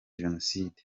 jenoside